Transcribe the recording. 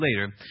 later